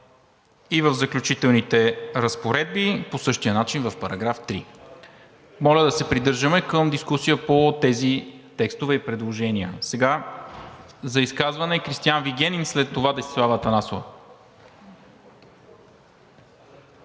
и в Заключителните разпоредби по същия начин в § 3. Моля да се придържаме към дискусия по тези текстове и предложения. Сега за изказване – Кристиан Вигенин, след това Десислава Атанасова.